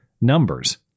numbers